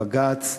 בג"ץ,